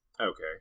Okay